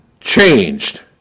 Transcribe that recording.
changed